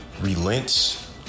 relents